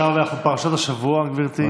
אנחנו בפרשת השבוע, גברתי.